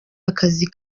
akazi